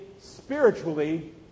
spiritually